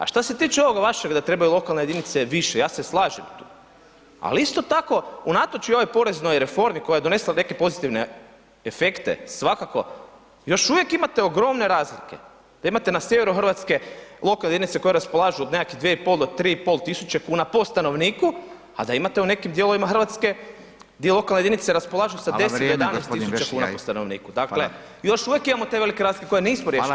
A šta se tiče ovog vašeg da trebaju lokalne jedinice više, ja se slažem tu, ali isto tako unatoč i ovoj poreznoj reformi koja je donesla neke pozitivne efekte svakako još uvijek imate ogromne razlike, da imate na sjeveru RH lokalne jedinice koje raspolažu od nekakvih 2,5 do 3.500,00 kn po stanovniku, a da imate u nekim dijelovima RH di lokalne jedinice raspolažu sa [[Upadica: Fala, vrijeme g. Vešligaj]] 10 do 11.000,00 kn po stanovniku, dakle još uvijek imamo te velike razlike [[Upadica: Fala lijepa]] koje nismo riješili